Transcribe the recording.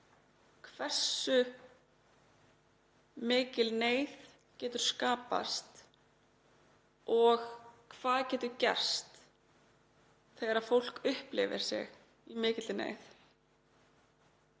hversu mikil neyð getur skapast og hvað getur gerst þegar fólk upplifir sig í mikilli neyð.